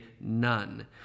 none